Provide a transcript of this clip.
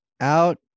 Out